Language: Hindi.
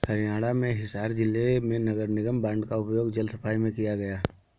हरियाणा में हिसार जिले में नगर निगम बॉन्ड का उपयोग जल सफाई में किया गया